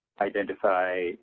identify